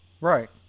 Right